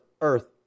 earth